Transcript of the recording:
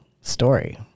story